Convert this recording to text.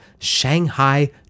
Shanghai